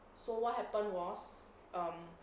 so what happened was um